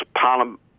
parliament